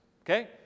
Okay